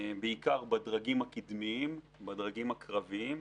בעיקר בדרגים הקדמיים, בדרגים הקרביים.